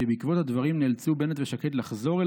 כשבעקבות הדברים נאלצו בנט ושקד לחזור אל